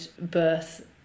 birth